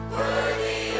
worthy